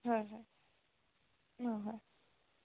হয় হয় অঁ হয়